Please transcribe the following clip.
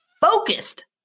Focused